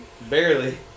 Barely